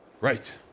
Right